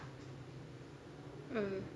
mm